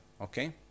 Okay